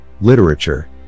literature